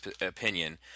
opinion